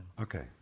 Okay